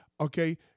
Okay